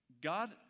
God